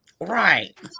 Right